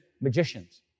magicians